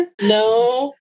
No